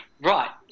Right